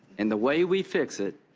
and the way we fix it